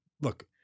look